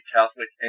Catholic